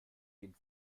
gehen